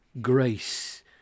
grace